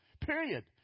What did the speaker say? period